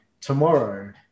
tomorrow